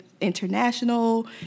international